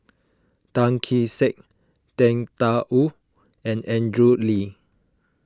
Tan Kee Sek Tang Da Wu and Andrew Lee